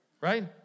right